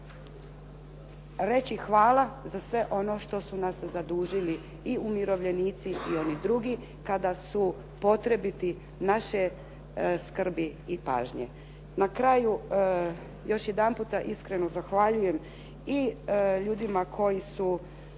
reći hvala za sve ono što su nas zadužili i umirovljenici i oni drugi kada su potrebiti naše skrbi i pažnje. Na kraju još jedanputa iskreno zahvaljujem i ljudima koji su